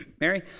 Mary